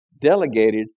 delegated